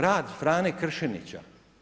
Rad Frane Kršinića?